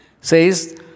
says